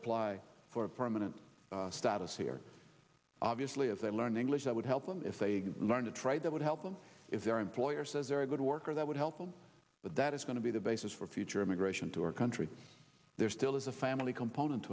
apply for a permanent status here obviously as they learn english that would help them if they learn a trade that would help them if their employer says very good worker that would help them but that is going to be the basis for future immigration to our country there still is a family component